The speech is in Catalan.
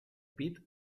pit